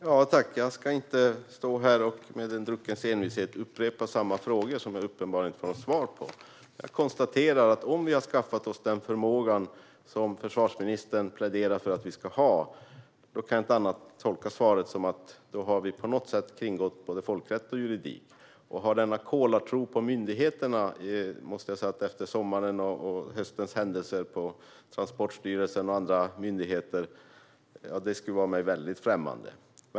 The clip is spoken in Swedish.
Herr talman! Jag ska inte stå här och med en druckens envishet upprepa samma frågor som jag uppenbarligen inte får något svar på. Jag konstaterar att om vi har skaffat oss den förmåga som försvarsministern pläderar för att vi ska ha kan jag inte tolka svaret på annat sätt än att folkrätt och juridik på något sätt har kringgåtts. Denna kolartro på myndigheterna är efter sommarens och höstens händelser på Transportstyrelsen och andra myndigheter mig främmande.